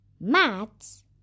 maths